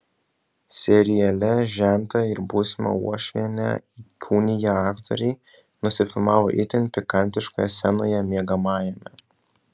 seriale žentą ir būsimą uošvienę įkūniję aktoriai nusifilmavo itin pikantiškoje scenoje miegamajame